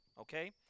Okay